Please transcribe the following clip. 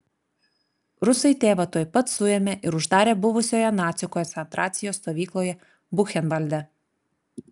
rusai tėvą tuoj pat suėmė ir uždarė buvusioje nacių koncentracijos stovykloje buchenvalde